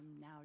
now